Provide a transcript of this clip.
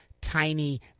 Tiny